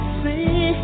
see